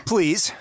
Please